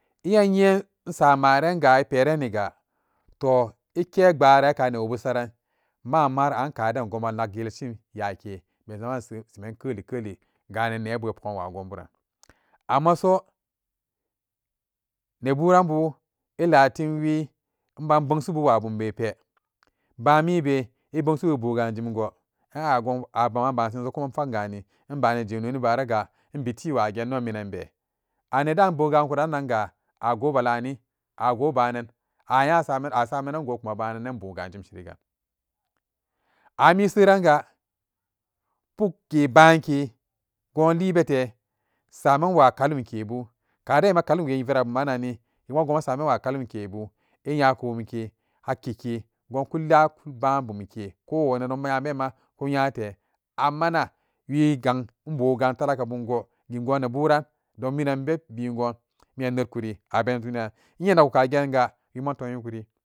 Inyanyen samaraniga gaempeniga toh ike gbahran karan ni newo'bu saran maama ankadan gonna nata yel shin yake bazaman sheme kelikeli ganenerbu ibebugwan waguburan amma su neburanbu ilahimlale mbabunshibu wabunbe pe banmibe ibokshibu bugajimgo inon a a gonabumagani iba jenoni baraga imbiti wage inon minan be a neda inbuga kuranan ga a gobalani a gobanan a nya saman a samanango baga jimshirin gan amma miseranga pukke banke gonlibete saman wakalum kebu kaden kalumke vera bumannnanni kuma guma san a mawa kalum kebu inxako bunke hakkike gunkola mban bum ke koh wanedombu nya belha ko nyate amma nawe gan webugan talaka bumke donminan babingun minan bit kon inye we a nako kagega inon nakori.